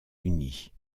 unis